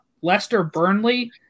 Leicester-Burnley